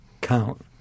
count